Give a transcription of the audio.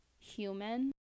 human